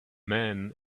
men